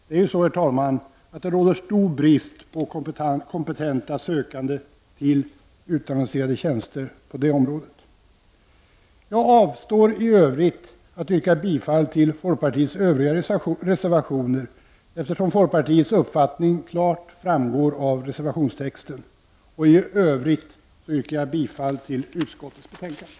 Det råder som bekant, herr talman, stor brist på kompetenta sökande till utannonserade tjänster på det området. Jag avstår från att yrka bifall till folkpartiets övriga reservationer, eftersom folkpartiets uppfattning klart framgår av reservationstexterna. I övrigt yrkar jag bifall till utskottets hemställan.